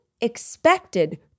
expected